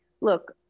Look